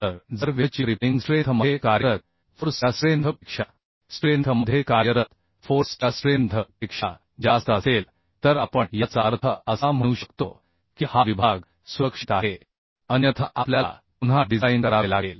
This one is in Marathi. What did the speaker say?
तर जर वेव्हची क्रिपलिंग स्ट्रेंथ मध्ये कार्यरत फोर्स च्या स्ट्रेंथ पेक्षा जास्त असेल तर आपण याचा अर्थ असा म्हणू शकतो की हा विभाग सुरक्षित आहे अन्यथा आपल्याला पुन्हा डिझाइन करावे लागेल